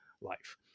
life